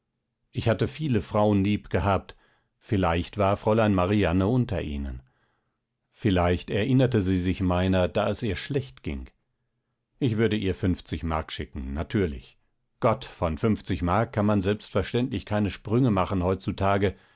ich hatte viele frauen lieb gehabt vielleicht war fräulein marianne unter ihnen vielleicht erinnerte sie sich meiner da es ihr schlecht ging ich würde ihr mark schicken natürlich gott von mark kann man selbstverständlich keine sprünge machen heutzutage